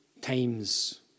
times